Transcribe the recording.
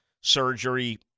surgery